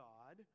God